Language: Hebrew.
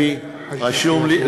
לאייל לוי, רשום לי.